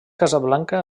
casablanca